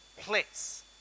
place